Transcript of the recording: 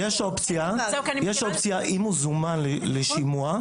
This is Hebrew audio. יש אופציה אם הוא זומן לשימוע.